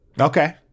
okay